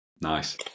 Nice